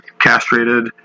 castrated